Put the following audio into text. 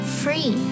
free